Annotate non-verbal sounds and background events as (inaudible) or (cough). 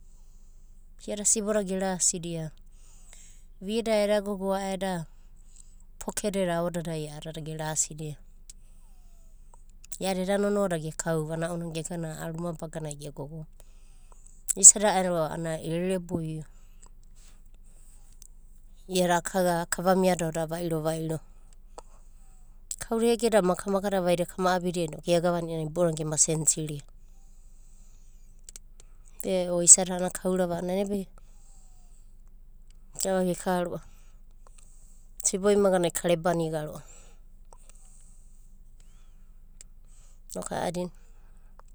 I'ada siboda ge ra'asidia, vida eda gogo a eda, pokete da aodadai gerasi dia. I'a deda nonoana ge kauva, ana ounana a ruma baganai ge gogo. (noise) Isada ero ana erere boi'o. I'ada kava miado vairo vairo kau egeda makamaka da vaida kama abidia inoku iagavana boudadai gema sensirida. Ve'o isada ana kaurava gavage ka roava sibo imagada ka rebaniga roava. noku a'adina.